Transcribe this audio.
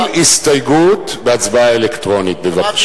כל הסתייגות בהצבעה אלקטרונית, בבקשה.